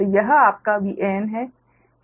तो यह आपका Van है